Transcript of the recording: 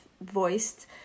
voiced